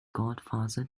godfather